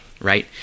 right